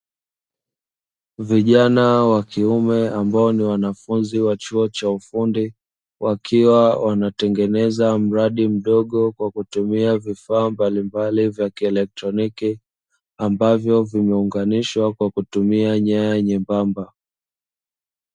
Vijana wa kiume ambao ni wanafunzi wa chuo cha ufundi wakiwa wanatengeneza mradi mdogo kwa kutumia vifaa mbalimbali vya kielektroniki, ambavyo vimeunganishwa kwa kutumia nyaya nyembamba.